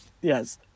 Yes